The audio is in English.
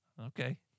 okay